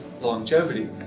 longevity